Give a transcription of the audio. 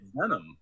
venom